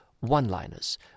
one-liners